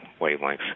wavelengths